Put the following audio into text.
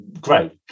Great